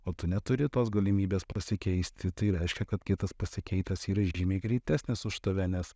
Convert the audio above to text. o tu neturi tos galimybės pasikeisti tai reiškia kad kitas pasikeitęs yra žymiai greitesnis už tave nes